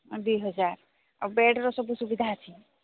ଦୁଇ ହଜାର ଆଉ ବେଡ଼୍ର ସବୁ ସୁବିଧା ଅଛି